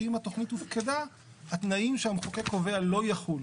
שאם התכנית הופקדה התנאים שהמחוקק קובע לא יחולו.